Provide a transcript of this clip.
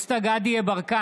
נגד מאיר יצחק